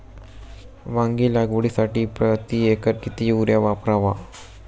वांगी लागवडीसाठी प्रति एकर किती युरिया वापरावा?